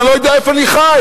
ואני לא יודע איפה אני חי.